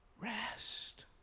Rest